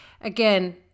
again